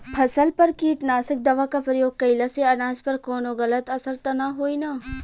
फसल पर कीटनाशक दवा क प्रयोग कइला से अनाज पर कवनो गलत असर त ना होई न?